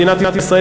מדינת ישראל,